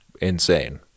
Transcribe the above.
insane